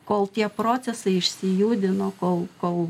kol tie procesai išsijudino kol kol